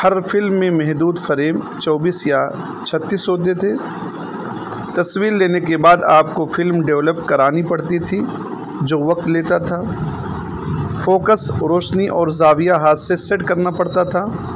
ہر film میں محدود frame چوبیس یا چھتیس ہوتے تھے تصویر لینے کے بعد آپ کو فلم ڈیولپ کرانی پڑتی تھی جو وقت لیتا تھا فوکس روشنی اور زاویہ ہاتھ سے سیٹ کرنا پڑتا تھا